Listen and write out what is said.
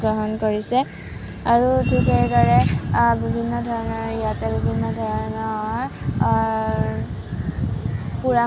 গ্ৰহণ কৰিছে আৰু ঠিক সেইদৰে বিভিন্ন ধৰণৰ ইয়াতে বিভিন্ন ধৰণৰ